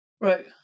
Right